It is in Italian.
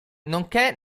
nonché